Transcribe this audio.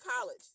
college